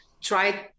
try